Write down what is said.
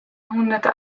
hûndert